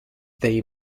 they